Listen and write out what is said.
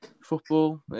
football